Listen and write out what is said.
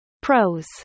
Pros